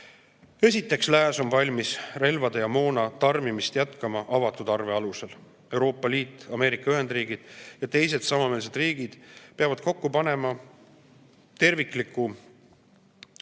Esiteks, lääs on valmis relvade ja moona tarnimist jätkama avatud arve alusel. Euroopa Liit, Ameerika Ühendriigid ja teised samameelsed riigid peavad kokku panema tervikliku paketi,